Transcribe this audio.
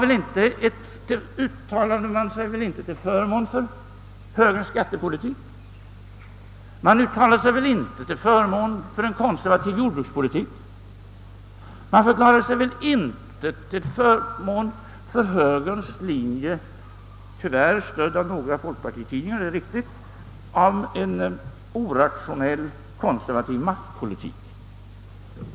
Folket uttalade sig väl inte till förmån för högerns skattepolitik och inte för en konservativ jordbrukspolitik. Man röstade väl inte för högerns linje — tyvärr stödd av några folkpartitidningar, det är riktigt — för en orationell konservativ maktpolitik.